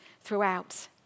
throughout